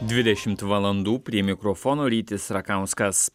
dvidešimt valandų prie mikrofono rytis rakauskas